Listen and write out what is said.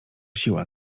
siła